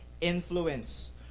influence